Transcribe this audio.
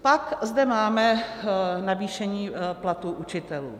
Pak zde máme navýšení platů učitelů.